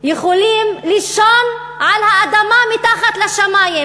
יכולים לישון על האדמה מתחת לשמים.